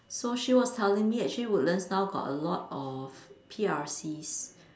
so she was telling me actually Woodlands now got a lot of P_R_Cs